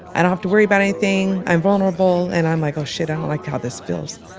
i don't have to worry about anything. i'm vulnerable. and i'm like, oh shit, i don't like how this feels.